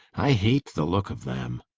i hate the look of them.